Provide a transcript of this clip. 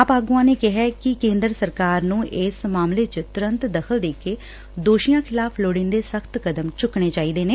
ਆਪ ਆਗੁਆਂ ਨੇ ਕਿਹਾ ਕਿ ਕੇਂਦਰ ਸਰਕਾਰ ਨੂੰ ਇਸੱ ਮਾਮਲੇ ਚ ਤੁਰੰਤ ਦਖ਼ਲ ਦੇ ਕੇ ਦੋਸ਼ੀਆਂ ਖਿਲਾਫ਼ ਲੋੜੀਂਦੇ ਸਖ਼ਤ ਕਦਮ ਚੁਕਣੇ ਚਾਹੀਦੇ ਨੇ